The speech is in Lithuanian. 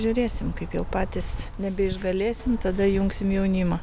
žiūrėsime kaip jau patys nebeišgalėsim tada jungsim jaunimą